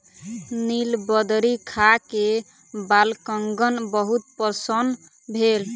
नीलबदरी खा के बालकगण बहुत प्रसन्न भेल